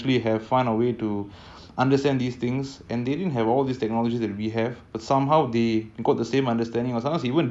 it's not about a game saying there is or there isn't